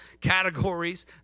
categories